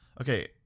okay